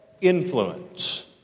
influence